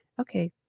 okay